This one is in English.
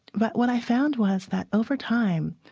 but what i found was that, over time,